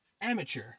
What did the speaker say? Amateur